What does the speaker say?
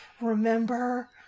remember